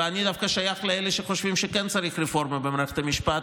ואני דווקא שייך לאלה שחושבים שכן צריך רפורמה במערכת המשפט,